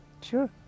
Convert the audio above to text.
Sure